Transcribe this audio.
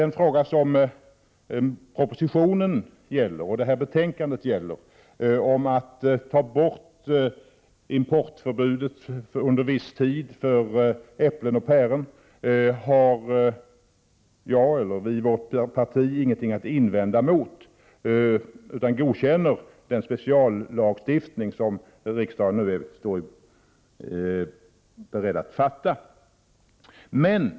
När det gäller frågan om att ta bort importförbudet för äpplen och päron under en'viss tid, som behandlas i propositionen och betänkandet, har vi från vårt parti inget att invända. Vi godkänner den speciallagstiftning som riksdagen nu står beredd att fatta beslut om.